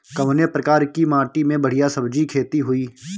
कवने प्रकार की माटी में बढ़िया सब्जी खेती हुई?